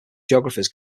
geographers